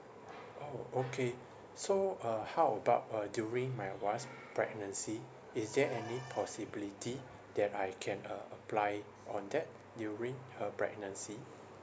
orh okay so uh how about uh during my wife's pregnancy is there any possibility that I can uh apply on that during her pregnancy